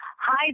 Hi